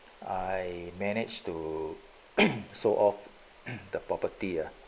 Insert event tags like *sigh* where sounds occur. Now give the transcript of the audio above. I managed to *coughs* sold of the property ah